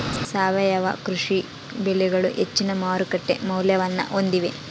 ಸಾವಯವ ಕೃಷಿ ಬೆಳೆಗಳು ಹೆಚ್ಚಿನ ಮಾರುಕಟ್ಟೆ ಮೌಲ್ಯವನ್ನ ಹೊಂದಿವೆ